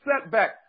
setback